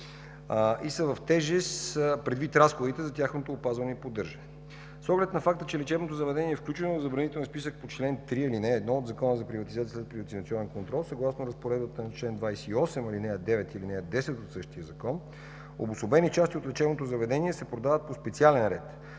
и са в тежест, предвид разходите за тяхното опазване и поддържане. С оглед на факта, че лечебното заведение е включено в забранителния списък по чл. 3, ал. 1 от Закона за приватизацията и следприватизационен контрол, съгласно разпоредбата на чл. 28, ал. 9 и ал. 10 от същия Закон, обособени части от лечебното заведение се продават по специален ред,